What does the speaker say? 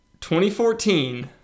2014